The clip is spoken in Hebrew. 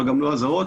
אבל גם לא האזהרות,